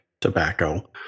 tobacco